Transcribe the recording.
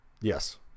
Yes